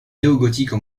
néogothique